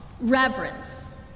reverence